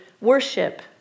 worship